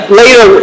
later